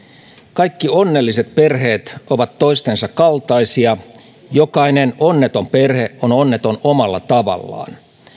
kaikki onnelliset perheet ovat toistensa kaltaisia jokainen onneton perhe on onneton omalla tavallaan